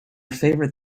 favorite